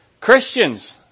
Christians